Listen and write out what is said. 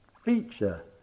feature